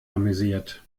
amüsiert